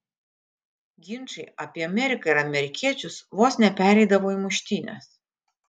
ginčai apie ameriką ir amerikiečius vos nepereidavo į muštynes